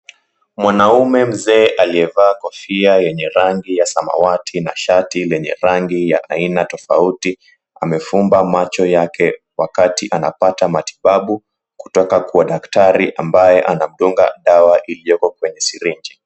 Mwanaume mzee aliyevaa kofia yenye rangi ya samawati na shati lenye rangi ya aina tofauti amefumba macho yake wakati anapata matibabu kutoka kwa daktari ambaye anamdunga dawa iliyoko kwenye sirinji.